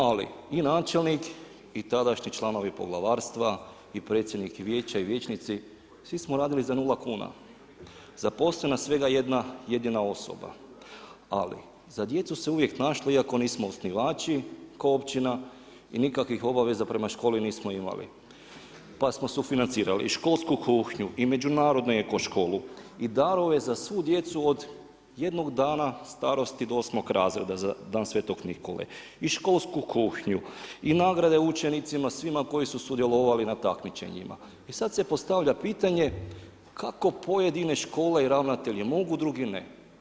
Ali i načelnik i tadašnji članovi poglavarstva i predsjednik vijeća i vijećnici svi smo radili na nula kuna, zaposlena svega jedna jedina osoba, ali za djecu se uvijek našlo iako nismo osnivači kao općina i nikakvih obaveza prema školi nismo imali, pa smo sufinancirali i školsku kuhinju i međunarodnu eko školu i darove za svu djecu od jednog dana starosti do osmog razreda za dan Sv. Nikole i školsku kuhinju i nagrade učenicima svima koji su sudjelovali na takmičenjima i sada se postavlja pitanje kako pojedine škole i ravnatelji mogu, a drugi ne?